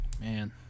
Man